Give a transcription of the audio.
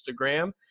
Instagram